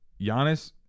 Giannis